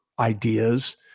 ideas